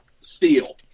steel